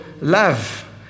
love